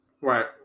Right